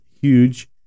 huge